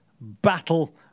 battle